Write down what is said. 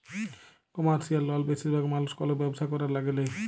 commercial লল বেশিরভাগ মালুস কল ব্যবসা ক্যরার ল্যাগে লেই